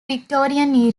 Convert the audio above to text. victorian